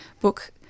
book